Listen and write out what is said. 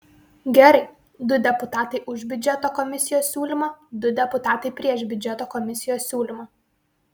gerai du deputatai už biudžeto komisijos siūlymą du deputatai prieš biudžeto komisijos siūlymą